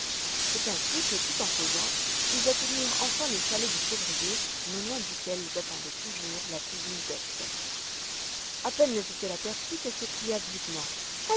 c'est ainsi que tout en causant ils atteignirent enfin le chalet du chevrier non loin duquel les attendait toujours la cousine dete a peine les eut-elle aperçus qu'elle s'écria vivement